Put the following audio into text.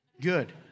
Good